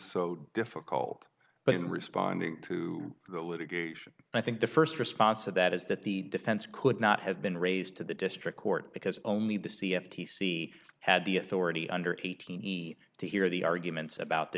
so difficult but in responding to the litigation i think the first response to that is that the defense could not have been raised to the district court because only the c f t c had the authority under eighteen he to hear the arguments about the